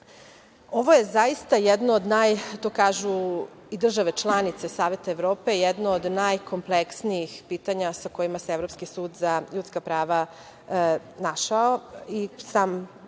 Evrope, jedno od najkompleksnijih pitanja sa kojima se Evropski sud za ljudska prava našao